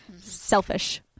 Selfish